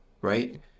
right